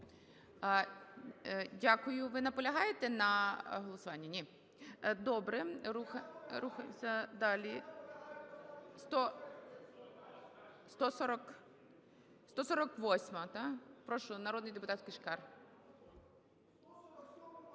Дякую. Ви наполягаєте на голосуванні? Ні. Добре. Рухаємося далі. 148-а. Прошу, народний депутат Кишкар.